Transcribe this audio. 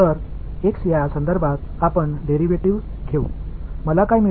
எனவே x ஐப் பொறுத்தவரை இதன் டிரைவேடிவ் எடுத்துக்கொள்வோம் எனக்கு கிடைக்கும்